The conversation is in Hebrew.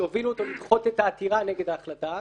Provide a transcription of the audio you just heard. שהובילו אותו לדחות את העתירה נגד ההחלטה הזאת.